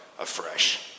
afresh